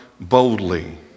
boldly